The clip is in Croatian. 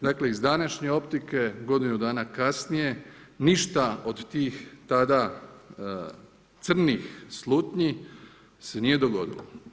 Dakle, iz današnje optike, godinu dana kasnije ništa od tih tada crnih slutnji se nije dogodilo.